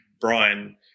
Brian